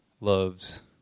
loves